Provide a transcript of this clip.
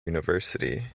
university